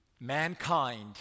Mankind